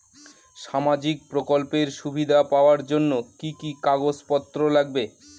সামাজিক প্রকল্পের সুবিধা পাওয়ার জন্য কি কি কাগজ পত্র লাগবে?